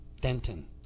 Denton